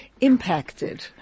impacted